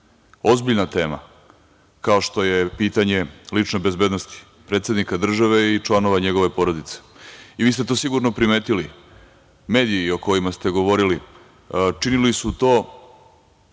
ozbiljna tema kao što je pitanje lične bezbednosti predsednika države i članova njegove porodice. Vi ste to sigurno primetili. Mediji o kojima ste govorili, činili su to